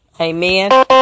Amen